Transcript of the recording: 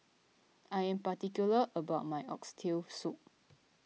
I am particular about my Oxtail Soup